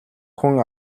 хүн